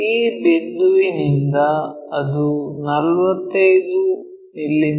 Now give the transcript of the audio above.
ಈ ಬಿಂದುವಿನಿಂದ ಅದು 45 ಮಿ